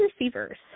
receivers